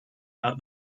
out